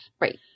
Right